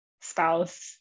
spouse